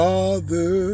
Father